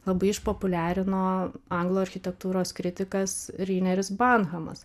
labai išpopuliarino anglų architektūros kritikas rineris banhamas